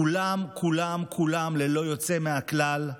כולם כולם כולם ללא יוצא מהכלל,